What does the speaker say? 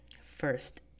first